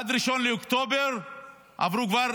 מ-1 באוקטובר עברו כבר